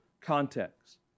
context